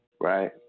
Right